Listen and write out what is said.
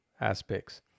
aspects